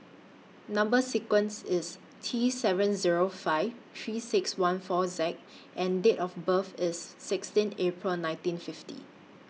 Number sequence IS T seven Zero five three six one four Z and Date of birth IS sixteen April nineteen fifty